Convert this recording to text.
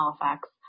Halifax